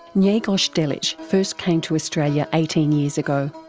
ngegos delic first came to australia eighteen years ago.